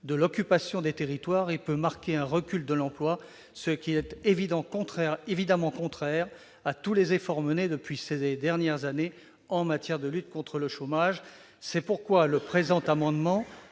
d'occupation des territoires et peut entraîner un recul de l'emploi, ce qui est évidemment contraire à tous les efforts conduits ces dernières années en matière de lutte contre le chômage. C'est pourquoi le présent amendement